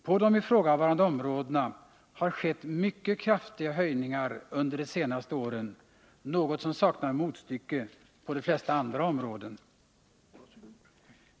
På de ifrågavarande områdena har skett mycket kraftiga höjningar under de senaste åren, något som saknar motstycke på de flesta andra områden.